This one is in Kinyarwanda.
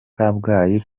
kabgayi